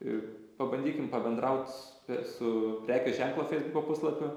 ir pabandykim pabendraut su prekės ženklo feisbuko puslapiu